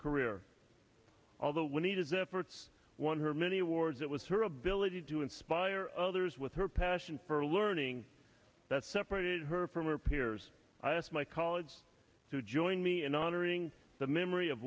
career although when he does efforts won her many awards it was her ability to inspire others with her passion for learning that separated her from her peers i asked my colleagues to join me in honoring the memory of